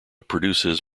produces